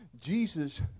Jesus